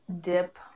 dip